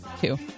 Two